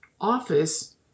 office